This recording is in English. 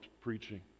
preaching